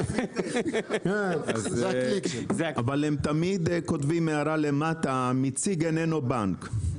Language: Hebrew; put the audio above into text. אבל הם תמיד כותבים הערה למטה 'המציג איננו בנק'.